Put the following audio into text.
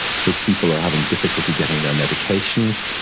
so people are having difficulty getting their medications.